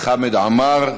חמד עמאר.